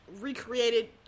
recreated